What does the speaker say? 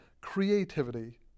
creativity